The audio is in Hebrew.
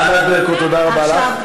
ענת ברקו, תודה רבה לך.